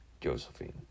Josephine